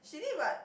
she did what